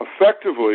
Effectively